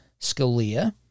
Scalia